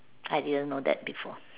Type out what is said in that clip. I didn't know that before